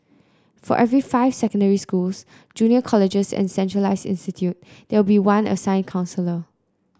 for every five secondary schools junior colleges and centralised institute there will be one assigned counsellor